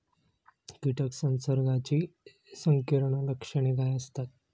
कीटक संसर्गाची संकीर्ण लक्षणे काय असतात?